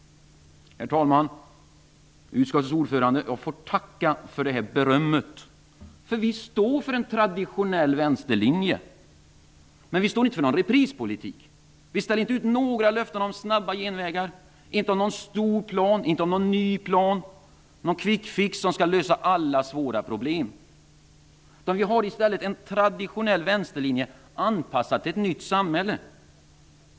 Herr talman! Utskottets ordförande! Jag får tacka för detta beröm. Vi står nämligen för en traditionell vänsterlinje. Men vi står inte för någon reprispolitik. Vi ställer inte ut några löften om snabba genvägar, någon stor plan, någon ny plan eller någon kvickfix som skall lösa alla svåra problem. Vi håller i stället en traditionell vänsterlinje anpassad till ett nytt samhälle.